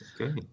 Okay